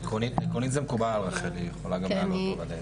עקרונית זה מקובל על רחל, היא יכולה גם לעלות.